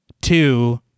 two